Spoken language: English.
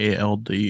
ALD